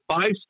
five